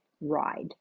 ride